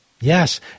yes